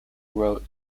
wrote